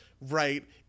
right